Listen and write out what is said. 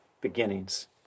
beginnings